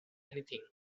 anything